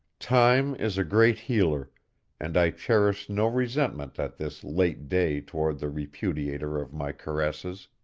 time is a great healer and i cherished no resentment at this late day toward the repudiator of my caresses.